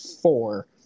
four